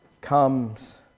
comes